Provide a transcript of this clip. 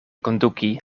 konduki